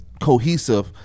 cohesive